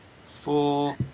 Four